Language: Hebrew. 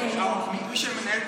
מי שמנהל,